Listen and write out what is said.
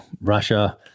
Russia